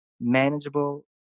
manageable